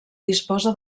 disposa